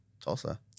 Tulsa